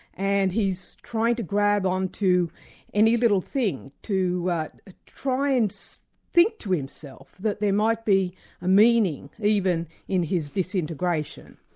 and he's trying to grab on to any little thing, to but ah try and so think to himself that there might be ah meaning even in his disintegration.